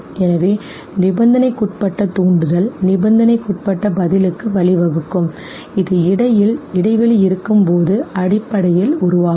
எனவே நிபந்தனைக்குட்பட்ட தூண்டுதல் நிபந்தனைக்குட்பட்ட பதிலுக்கு வழிவகுக்கும் இது இடையில் இடைவெளி இருக்கும்போது அடிப்படையில் உருவாகும்